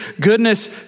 goodness